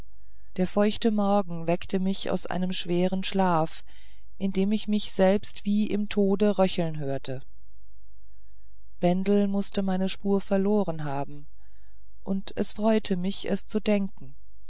der feuchte morgen weckte mich aus einem schweren schlaf in dem ich mich selber wie im tode röcheln hörte bendel mußte meine spur verloren haben und es freute mich es zu denken